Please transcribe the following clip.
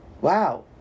Wow